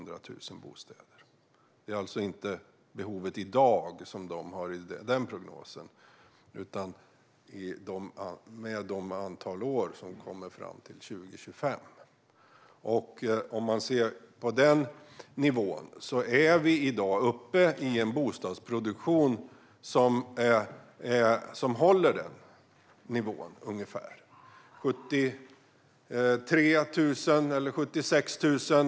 Det är alltså inte behovet i dag som Boverket har i den prognosen, utan det gäller för det antal år som kommer fram till 2025. Om man ser på den nivån är vi i dag uppe i en bostadsproduktion som håller ungefär den nivån. Det är 73 000 eller 76 000.